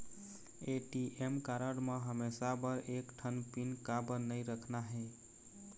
ATM card म हमेशा बर एक ठन पिन काबर नई रखना हे?